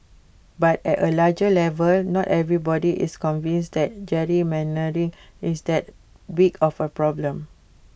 but at A larger level not everybody is convinced that gerrymandering is that big of A problem